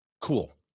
Cool